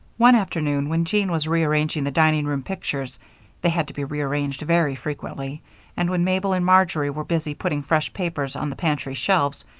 one afternoon, when jean was rearranging the dining-room pictures they had to be rearranged very frequently and when mabel and marjory were busy putting fresh papers on the pantry shelves,